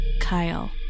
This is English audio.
Kyle